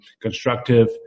constructive